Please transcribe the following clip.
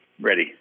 Ready